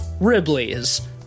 Ribley's